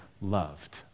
loved